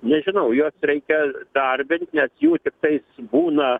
nežinau juos reikia darbint net jų tiktais būna